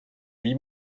wie